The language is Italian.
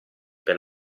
per